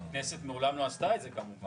הכנסת מעולם לא עשתה את זה כמובן.